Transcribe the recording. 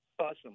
Awesome